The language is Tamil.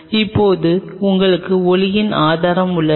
இப்போது உங்களுக்கு ஒளியின் ஆதாரம் உள்ளது